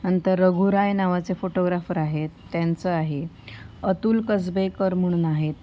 नंतर रघू राय नावाचे फोटोग्राफर आहेत त्यांचं आहे अतुल कसबेकर म्हणून आहेत